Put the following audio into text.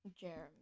Jeremy